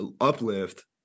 uplift